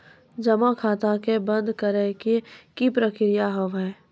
जमा खाता के बंद करे के की प्रक्रिया हाव हाय?